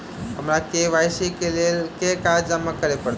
हमरा के.वाई.सी केँ लेल केँ कागज जमा करऽ पड़त?